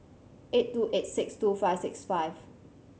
eight two eight six two five six five